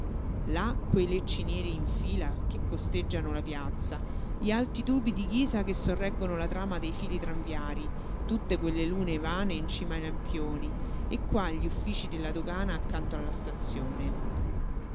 quei lecci neri in fila che costeggiano la piazza gli alti tubi di ghisa che sorreggono la trama dei fili tramviarii tutte quelle lune vane in cima ai lampioni e qua gli ufficii della dogana accanto alla stazione